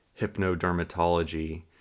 hypnodermatology